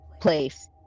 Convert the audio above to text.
place